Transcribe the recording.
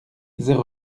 zéro